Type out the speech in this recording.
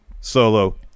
Solo